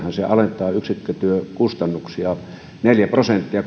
alentaa yksikkötyökustannuksia neljä prosenttia